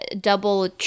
double